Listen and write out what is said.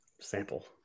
sample